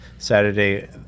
Saturday